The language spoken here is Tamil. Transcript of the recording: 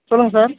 சொல்லுங்கள் சார்